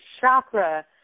chakra